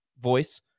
voice